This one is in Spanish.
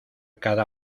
cada